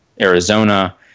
Arizona